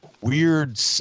weird